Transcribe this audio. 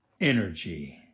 energy